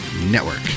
network